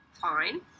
fine